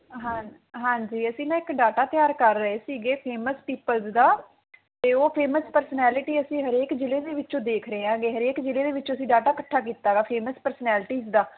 ਹਾਂ ਹਾਂਜੀ ਅਸੀਂ ਨਾ ਇੱਕ ਡਾਟਾ ਤਿਆਰ ਕਰ ਰਹੇ ਸੀਗੇ ਫੇਮਸ ਪੀਪਲਜ ਦਾ ਅਤੇ ਉਹ ਫੇਮਸ ਪਰਸਨੈਲਿਟੀ ਅਸੀਂ ਹਰੇਕ ਜਿਲ੍ਹੇ ਦੇ ਵਿੱਚੋਂ ਦੇਖ ਰਹੇ ਹਾਂਗੇ ਹਰੇਕ ਜਿਲ੍ਹੇ ਦੇ ਵਿੱਚੋਂ ਅਸੀਂ ਡਾਟਾ ਇਕੱਠਾ ਕੀਤਾ ਵਾ ਫੇਮਸ ਪਰਸਨੈਲਿਟੀਜ਼ ਦਾ